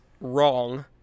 wrong